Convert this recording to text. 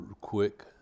quick